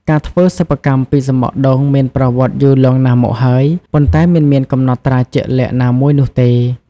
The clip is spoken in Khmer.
ការធ្វើសិប្បកម្មពីសំបកដូងមានប្រវត្តិយូរលង់ណាស់មកហើយ ប៉ុន្តែមិនមានកំណត់ត្រាជាក់លាក់ណាមួយនោះទេ។